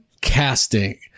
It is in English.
casting